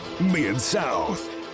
Mid-South